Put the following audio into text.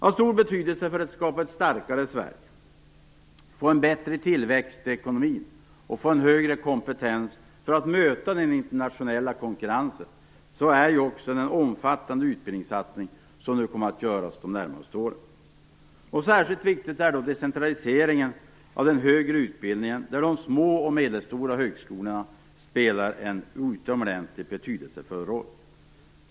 Av stor betydelse för att skapa ett starkare Sverige, för att få en bättre tillväxt i ekonomin och för att få en högre kompetens för att kunna möta den internationella konkurrensen är också den omfattande utbildningssatsningen. Särskilt viktigt är decentraliseringen av den högre utbildningen där de små och medelstora högskolornas spelar en utomordentligt betydelsefull roll.